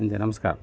ನಮಸ್ಕಾರ